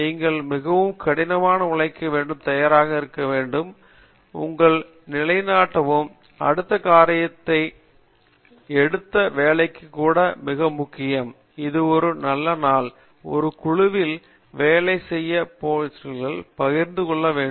நீங்கள் மிகவும் கடினமாக உழைக்க தயாராக இருக்க வேண்டும் உங்களை நிலைநாட்டவும் அடுத்த காரியத்தை அடுத்த வேலைக்கு கூட மிக முக்கியம் இது ஒரு நாள் முதல் ஒரு குழுவில் வேலை செய்ய யோசனைகளை பகிர்ந்து கொள்ள வேண்டும்